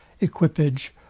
equipage